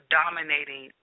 dominating